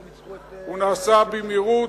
הוא נעשה במהירות,